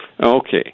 Okay